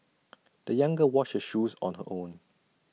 the young girl washed her shoes on her own